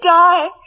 die